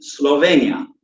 Slovenia